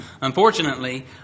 Unfortunately